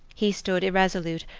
he stood irresolute,